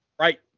right